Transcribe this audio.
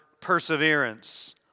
perseverance